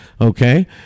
Okay